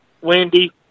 Wendy